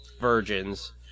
virgins